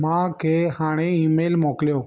माउ खे हाणे ईमेल मोकिलियो